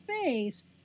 space